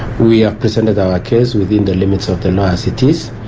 we have presented our case within the limits of the law as it is,